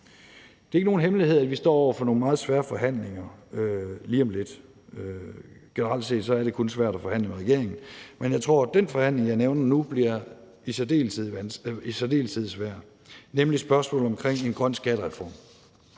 Det er ikke nogen hemmelighed, at vi står over for nogle meget svære forhandlinger lige om lidt. Generelt set er det kun svært at forhandle med regeringen, men jeg tror, at den forhandling, jeg nævner nu, i særdeleshed bliver svær, nemlig spørgsmålet om en grøn skattereform.